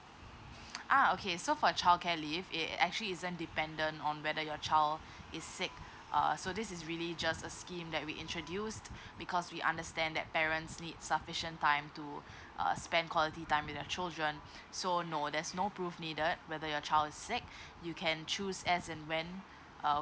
ah okay so for childcare leave it actually isn't dependent on whether your child is sick err so this is really just a scheme that we introduced because we understand that parents need sufficient time to uh spend quality time with their children so no there's no proof needed whether your child's sick you can choose as and when uh